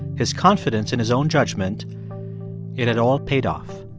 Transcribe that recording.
his confidence in his own judgment it had all paid off.